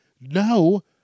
No